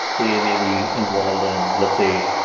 they may be involved in, let's say,